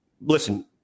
Listen